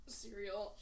cereal